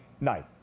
night